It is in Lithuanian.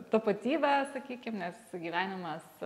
tapatybę sakykim nes gyvenimas